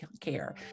care